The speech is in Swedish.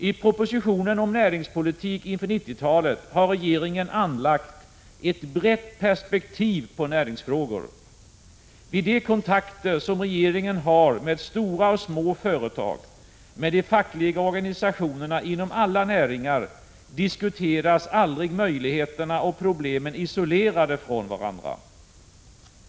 I propositionen om ”Näringspolitik inför 90-talet” har regeringen anlagt ett brett perspektiv på näringslivsfrågorna. Vid de kontakter som regeringen har med stora och små företag samt med de fackliga organsationerna inom alla näringar, diskuteras aldrig möjligheterna och problemen isolerade från varandra.